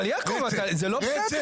יעקב, זה לא בסדר.